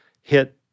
hit